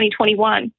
2021